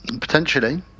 potentially